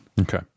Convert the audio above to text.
Okay